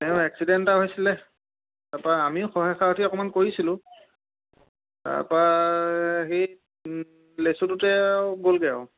তেওঁ এক্সিডেণ্ট এটা হৈছিলে তাৰ পৰা আমিও সহায় সাৰথি অকণমান কৰিছিলোঁ তাৰ পৰা সেই লেচুটোতে গ'লগে আৰু